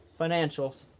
Financials